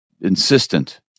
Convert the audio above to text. insistent